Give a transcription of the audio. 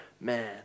man